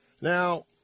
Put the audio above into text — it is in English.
Now